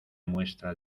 muestra